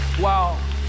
Wow